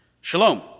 Shalom